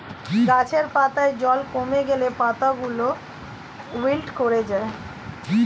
গাছের পাতায় জল কমে গেলে পাতাগুলো উইল্ট করে যায়